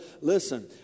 listen